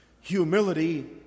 humility